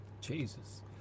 Jesus